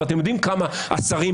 ואתם יודעים כמה השרים,